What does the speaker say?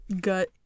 gut